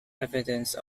evidence